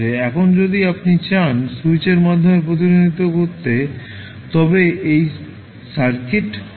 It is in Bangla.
এখন যদি আপনি চান সুইচের মাধ্যমে প্রতিনিধিত্ব করতে তবে এই সার্কিট হবে